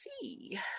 see